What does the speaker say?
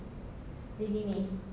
dia gini